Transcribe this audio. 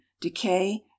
decay